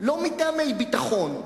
ביטחון ביטחון,